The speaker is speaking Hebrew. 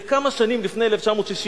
זה כמה שנים לפני 1967,